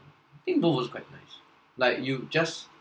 think both also quite nice like you just